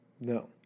No